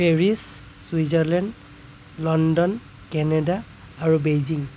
Paris Switzerland London Canada আৰু Beijing